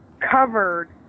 covered